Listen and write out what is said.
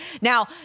Now